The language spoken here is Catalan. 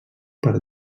per